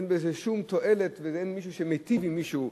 אין בזה שום תועלת ואין מישהו שמיטיב עם מישהו.